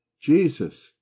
jesus